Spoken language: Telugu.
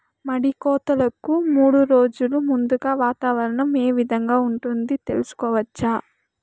మడి కోతలకు మూడు రోజులు ముందుగా వాతావరణం ఏ విధంగా ఉంటుంది, తెలుసుకోవచ్చా?